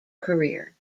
career